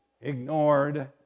ignored